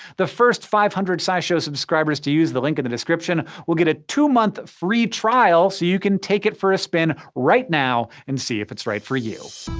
the first five hundred scishow subscribers to use the link in the description will get a two month free trial, so you can take it for a spin right now and see if it's right for you!